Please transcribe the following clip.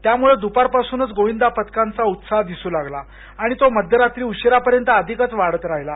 त्यामुळं दुपारपासूनच गोविंदा पथकांचा उत्साह दिसू लागला आणि तो मध्यरात्री उशिरापर्यंत अधिकच वाढत राहिला